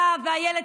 אתה ואילת,